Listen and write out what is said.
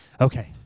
Okay